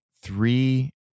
three